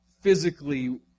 physically